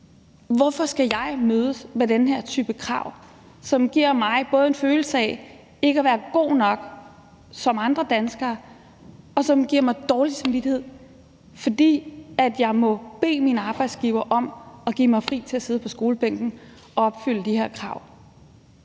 Hvorfor skal jeg mødes med den her type krav, som både giver mig en følelse af ikke at være god nok ligesom andre danskere, og som giver mig dårlig samvittighed, fordi jeg må bede min arbejdsgiver om at give mig fri til at sidde på skolebænken for at opfylde de her krav.